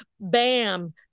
Bam